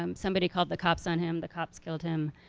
um somebody called the cops on him the cops killed him.